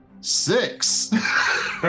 six